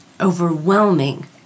overwhelming